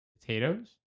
potatoes